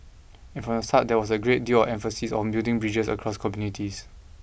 and from the start there was a great deal of emphasis on building bridges across communities